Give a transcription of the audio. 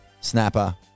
Snapper